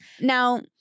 Now